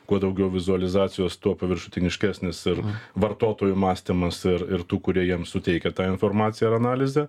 kuo daugiau vizualizacijos tuo paviršutiniškesnis ir vartotojų mąstymas ir ir tų kurie jam suteikia tą informaciją ar analizę